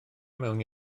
mewn